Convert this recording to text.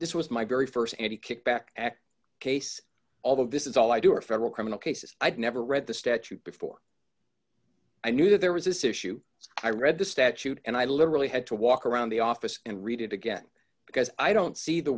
this was my very st and a kickback case although this is all i do are federal criminal cases i've never read the statute before i knew that there was this issue i read the statute and i literally had to walk around the office and read it again because i don't see the